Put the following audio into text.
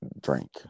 drink